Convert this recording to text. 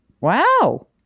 Wow